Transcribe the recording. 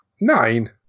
Nine